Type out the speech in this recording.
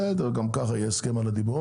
בסדר, גם ככה יהיה הסכם על הדיבור.